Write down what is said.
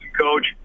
coach